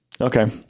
Okay